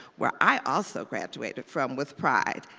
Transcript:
where i also graduated from with pride.